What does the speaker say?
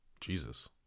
Jesus